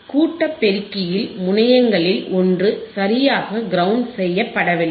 கூட்டபெருக்கியில் முனையங்களில் ஒன்று சரியாக கிரௌண்ட் செய்யப்படவில்லை